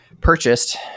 purchased